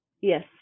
Yes